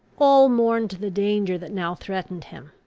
all mourned the danger that now threatened him.